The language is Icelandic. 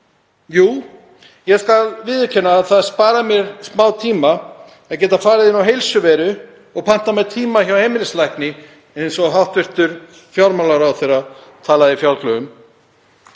Jú, ég skal viðurkenna að það sparar mér smátíma að geta farið inn á Heilsuveru og pantað mér tíma hjá heimilislækni eins og hæstv. fjármálaráðherra talaði fjálglega um.